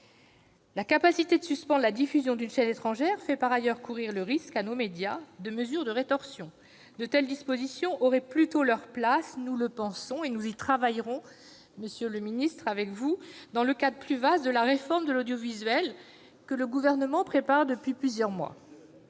la capacité de suspendre la diffusion d'une chaîne étrangère fait courir à nos médias le risque de mesures de rétorsion. De telles dispositions auraient plutôt leur place- nous le pensons et nous y travaillerons avec vous, monsieur le ministre -dans le cadre plus vaste de la réforme de l'audiovisuel que le Gouvernement prépare depuis plusieurs mois.